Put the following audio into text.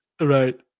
Right